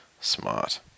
Smart